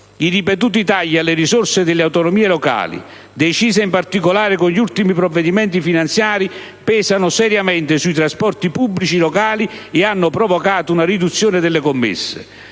I ripetuti tagli alle risorse delle autonomie locali, decise in particolare con gli ultimi provvedimenti finanziari, pesano seriamente sui trasporti pubblici locali e hanno provocato una riduzione delle commesse.